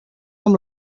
amb